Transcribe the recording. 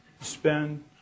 spend